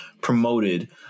promoted